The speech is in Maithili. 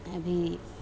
अभी